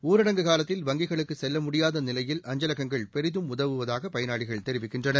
ஊரடங்கு காலத்தில் வங்கிகளுக்கு செல்ல முடியாத நிலையில் அஞ்சலகங்கள் பெரிதும் உதவுவதாக பயனாளிகள் தெரிவிக்கின்றனர்